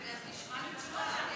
רגע, אז נשמע את התשובה.